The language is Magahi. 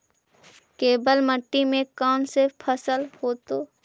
केवल मिट्टी में कौन से फसल होतै?